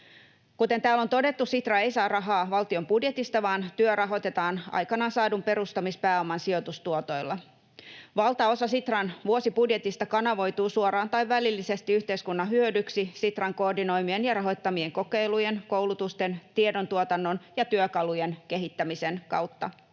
Kuten täällä on todettu, Sitra ei saa rahaa valtion budjetista vaan työ rahoitetaan aikanaan saadun perustamispääoman sijoitustuotoilla. Valtaosa Sitran vuosibudjetista kanavoituu suoraan tai välillisesti yhteiskunnan hyödyksi Sitran koordinoimien ja rahoittamien kokeilujen, koulutusten, tiedontuotannon ja työkalujen kehittämisen kautta.